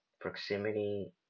Proximity